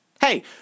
Hey